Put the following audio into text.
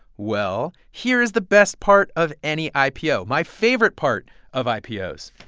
well, here is the best part of any ipo, my favorite part of ipos